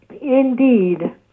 Indeed